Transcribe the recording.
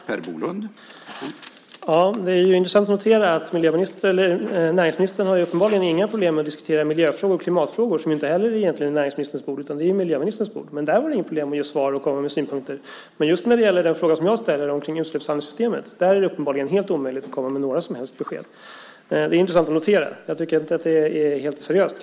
Herr talman! Det är intressant att notera att näringsministern uppenbarligen inte har några problem att diskutera miljö och klimatfrågor, som inte heller är näringsministerns bord utan är miljöministerns bord. Men där var det inga problem att ge svar och komma med synpunkter. Men när det gäller frågan om utsläppshandelssystemet är det uppenbarligen helt omöjligt att komma med några som helst besked. Det är intressant att notera. Det är kanske inte helt seriöst.